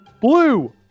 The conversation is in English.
blue